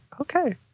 Okay